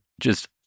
just-